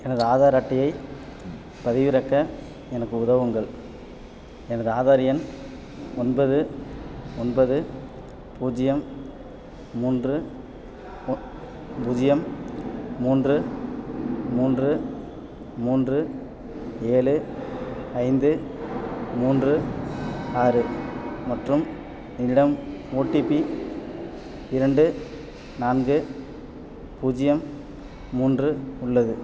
எனது ஆதார் அட்டையைப் பதிவிறக்க எனக்கு உதவுங்கள் எனது ஆதார் எண் ஒன்பது ஒன்பது பூஜ்ஜியம் மூன்று ம் பூஜ்ஜியம் மூன்று மூன்று மூன்று ஏழு ஐந்து மூன்று ஆறு மற்றும் என்னிடம் ஓடிபி இரண்டு நான்கு பூஜ்ஜியம் மூன்று உள்ளது